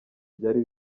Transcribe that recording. byari